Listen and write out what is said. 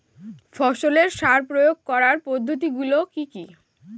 ফসলের সার প্রয়োগ করার পদ্ধতি গুলো কি কি?